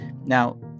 Now